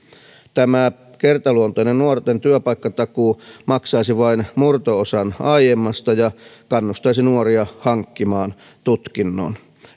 tämä kertaluontoinen nuorten työpaikkatakuu maksaisi vain murto osan aiemmasta ja kannustaisi nuoria hankkimaan tutkinnon